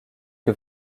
que